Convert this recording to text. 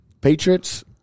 Patriots